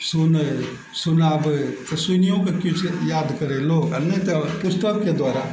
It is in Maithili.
सुनय सुनाबय तऽ सुनियोके किछु याद करय लोक आओर नहि तऽ पुस्तकके द्वारा